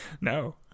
No